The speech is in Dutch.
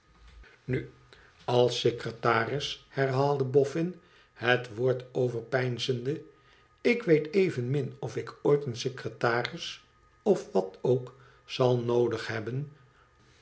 tnu als secretaris herhaalde boffin het woord overpeinzende tik weet evenmin'ofik ooit een secretaris of wat ook zal noodig hebben